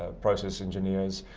ah process engineers,